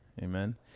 Amen